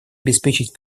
обеспечить